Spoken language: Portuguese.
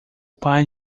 pai